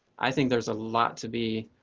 i think there's a lot to be.